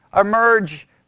emerge